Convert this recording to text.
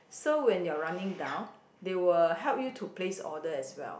so when you're running down they will help you to place your order as well